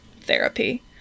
therapy